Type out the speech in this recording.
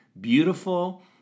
beautiful